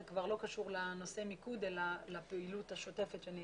זה כבר לא קשור לנושא מיקוד אלא לפעילות השוטפת שאני